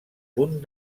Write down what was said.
punt